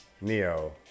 Neo